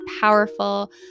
powerful